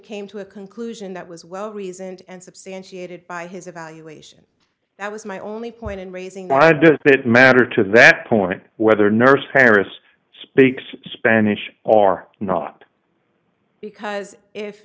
came to a conclusion that was well reasoned and substantiated by his evaluation that was my only point in raising my does that matter to that point whether nurse paris speaks spanish or not because if